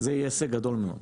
זה יהיה הישג גדול מאוד.